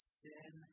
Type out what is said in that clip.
sin